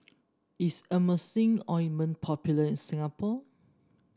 is Emulsying Ointment popular in Singapore